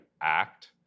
act